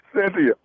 Cynthia